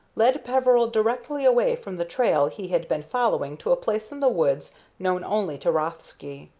led peveril directly away from the trail he had been following to a place in the woods known only to rothsky.